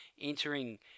entering